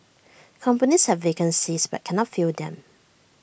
companies have vacancies but cannot fill them